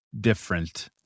different